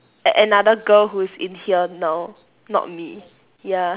a another girl who's in here now not me ya